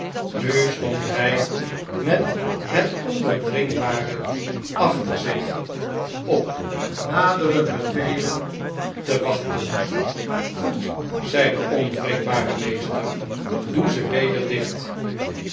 nu stond hy met het ondoordringbare achter zich op nadere bevelen te wachten goed zei de onwrikbare meester doeze weder dicht